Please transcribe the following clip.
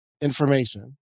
information